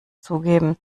zugeben